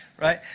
right